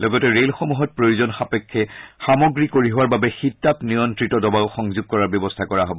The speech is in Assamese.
লগতে ৰেলসমূহত প্ৰয়োজন সাপেক্ষে সামগ্ৰী কঢ়িওৱাৰ বাবে শীত তাপ নিয়ন্ত্ৰিত দবাও সংযোগ কৰাৰ ব্যৱস্থা কৰা হ'ব